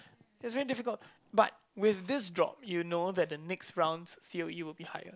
it's really difficult but with this drop you know that the next round series will be higher